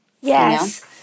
Yes